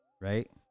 Right